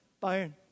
Byron